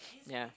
ya